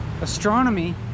astronomy